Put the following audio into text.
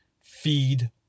feed